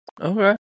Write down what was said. Okay